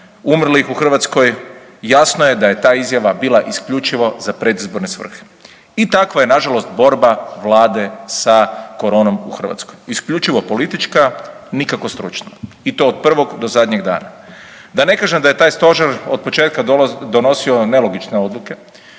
umrlih u Hrvatskoj jasno je da je ta izjava bila isključivo za predizborne svrhe i takva je nažalost borba vlade sa koronom u Hrvatskoj, isključivo politička nikako stručna i to od prvog do zadnjeg dana. Da ne kažem da je taj stožer otpočetka donosio nelogične odluke